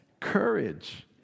Courage